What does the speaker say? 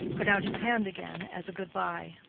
put out his hand again as a good-by.